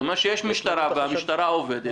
זה אומר שיש משטרה והמשטרה עובדת,